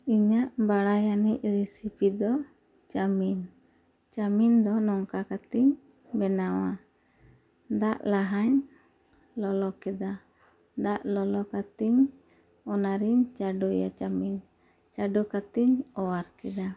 ᱤᱧᱟᱹᱜ ᱵᱟᱲᱟᱭ ᱟᱹᱱᱤᱡ ᱨᱮᱥᱤᱯᱤ ᱫᱚ ᱪᱟᱣᱢᱤᱱ ᱪᱟᱣᱢᱤᱱ ᱫᱚ ᱱᱚᱝᱠᱟ ᱠᱟᱛᱮᱧ ᱵᱮᱱᱟᱣᱟ ᱫᱟᱜ ᱞᱟᱦᱟᱧ ᱞᱚᱞᱚ ᱠᱮᱫᱟ ᱫᱟᱜ ᱞᱚᱞᱚ ᱠᱟᱛᱮᱧ ᱚᱱᱟ ᱨᱮ ᱪᱟᱹᱰᱩᱭᱟ ᱪᱟᱣᱢᱤᱱ ᱪᱟᱹᱰᱩ ᱠᱟᱛᱮᱧ ᱚᱣᱟᱨ ᱠᱮᱫᱟ